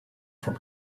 from